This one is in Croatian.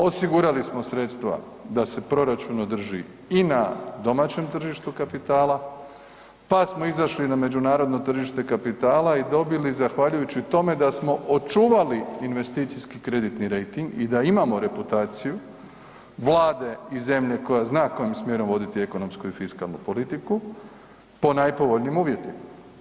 Osigurali smo sredstva da se proračun održi i na domaćem tržištu kapitala, pa smo izašli na međunarodno tržište kapitala i dobili, zahvaljujući tome da smo očuvali investicijski kreditni rejting i da imamo reputaciju vlade i zemlje koja zna kojim smjerom voditi ekonomsku i fiskalnu politiku, po najpovoljnijim uvjetima.